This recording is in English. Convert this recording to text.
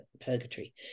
purgatory